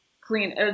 clean